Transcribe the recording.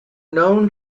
known